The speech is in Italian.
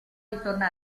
ritorna